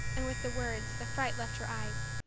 and with the words the fright left her eyes,